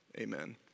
amen